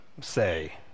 say